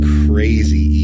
crazy